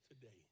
today